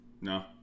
no